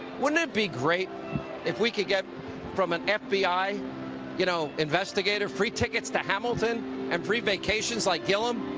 wouldn't it be great if we could get from an fbi you know investigator free tickets to hamilton and free vacations like gillam,